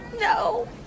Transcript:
No